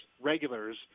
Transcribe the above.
regulars